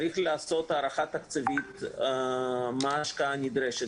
צריך לעשות הערכה תקציבית מה ההשקעה הנדרשת